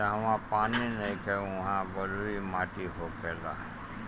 जहवा पानी नइखे उहा बलुई माटी होखेला